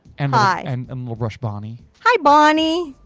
um ah and um little brush bonnie. hi bonnie.